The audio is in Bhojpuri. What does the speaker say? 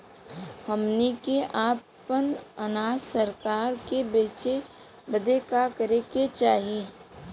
हमनी के आपन अनाज सरकार के बेचे बदे का करे के चाही?